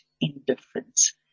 indifference